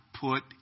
put